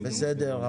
בסדר,